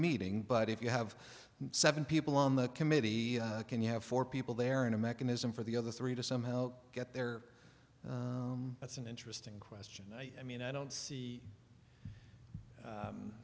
meeting but if you have seven people on the committee can you have four people there in a mechanism for the other three to somehow get there that's an interesting question i mean i don't see